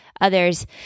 others